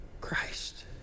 Christ